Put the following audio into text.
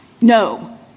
No